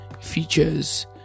features